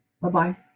Bye-bye